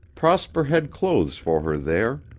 prosper had clothes for her there.